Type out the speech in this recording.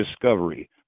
discovery